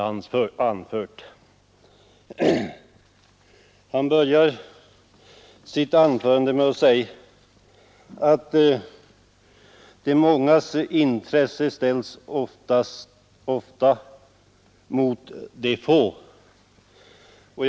Herr Strömberg började sitt anförande med att säga att de mångas intresse ofta ställs mot vad som är ett intresse för några få.